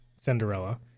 Cinderella